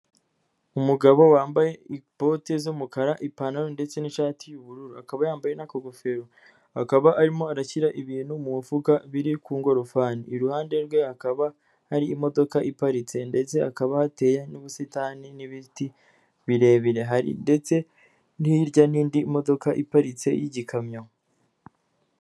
Umugabo wambaye bote z'umukara ipantaro ndetse n'ishati y'ubururu akaba yambaye n'akagofero akaba arimo arashyira ibintu mu mufuka biri ku ngorofani iruhande rwe hakaba hari imodoka iparitse ndetse hakaba hateye n'ubusitani n'ibiti birebire hari ndetse hirya n'indi modoka iparitse y'igikamyo.